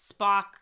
Spock